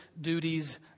duties